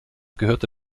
gehörte